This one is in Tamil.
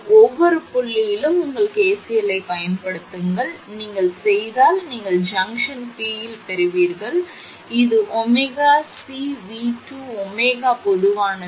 ஒவ்வொரு புள்ளியிலும் உங்கள் KCL ஐப் பயன்படுத்துங்கள் எனவே நீங்கள் செய்தால் நீங்கள் ஜங்ஷன் P இல் பெறுவீர்கள் இது 𝜔𝐶𝑉2 𝜔 பொதுவானது